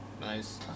Nice